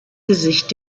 gesicht